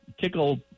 tickle